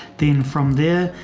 then from there,